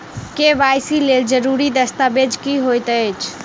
KYC लेल जरूरी दस्तावेज की होइत अछि?